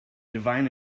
divine